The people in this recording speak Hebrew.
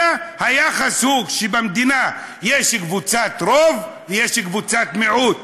אלא היחס הוא שבמדינה יש קבוצת רוב ויש קבוצת מיעוט,